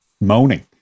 moaning